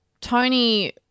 ...Tony